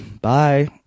bye